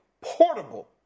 portable